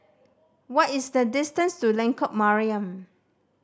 what is the distance to Lengkok Mariam